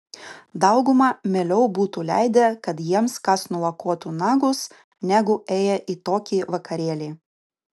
dauguma mieliau būtų leidę kad jiems kas nulakuotų nagus negu ėję į tokį vakarėlį